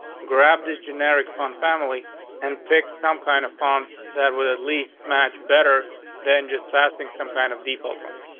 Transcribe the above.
grabbed his generic fund family and pick some kind of funds that will at least match better than just passing some kind of default ones.